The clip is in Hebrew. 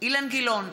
אילן גילאון,